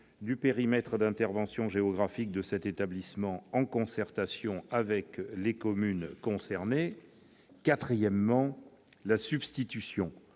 du périmètre d'intervention géographique de cet établissement, en concertation avec les communes concernées ; la substitution